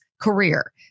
career